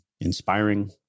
inspiring